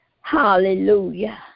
Hallelujah